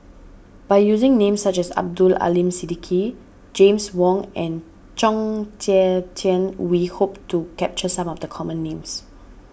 by using names such as Abdul Aleem Siddique James Wong and Chong Tze Chien we hope to capture some of the common names